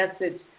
message